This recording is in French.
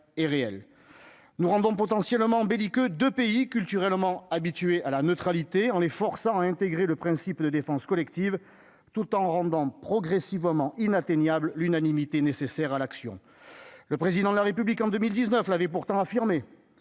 nous rendons potentiellement belliqueux de pays culturellement, habitués à la neutralité en les forçant à intégrer le principe de défense collective, tout en rendant progressivement inatteignable l'unanimité nécessaire à l'action, le président de la République en 2019 l'avait pourtant affirmé,